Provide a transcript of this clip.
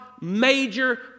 major